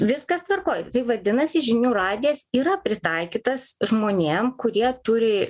viskas tvarkoj vadinasi žinių radijas yra pritaikytas žmonėm kurie turi